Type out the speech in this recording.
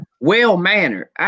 Well-mannered